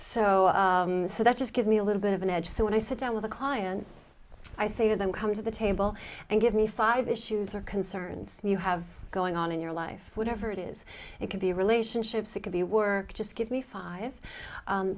so so that just gives me a little bit of an edge so when i sit down with a client i say to them come to the table and give me five issues or concerns you have going on in your life whatever it is it could be relationships it could be were just give me five